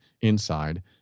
inside